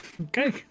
Okay